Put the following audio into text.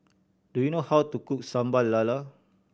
do you know how to cook Sambal Lala